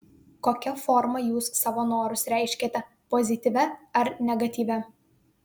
kokia forma jūs savo norus reiškiate pozityvia ar negatyvia